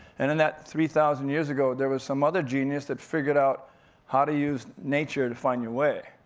and in that three thousand years ago, there was some other genius that figured out how to use nature to find your way,